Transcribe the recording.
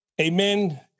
amen